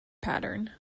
pattern